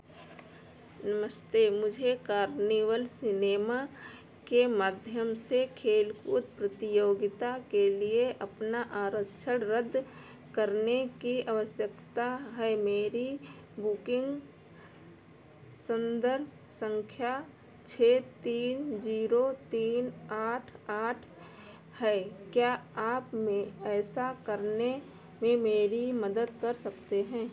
नमस्ते मुझे Carnival Cinema के माध्यम से खेल कूद प्रतियोगिता के लिए अपना आरक्षण रद्द करने की आवश्यकता है मेरी बुकिंग संदर्भ संख्या छः तीन जीरो तीन आठ आठ है क्या आप मे ऐसा करने में मेरी मदद कर सकते हैं